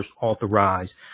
authorized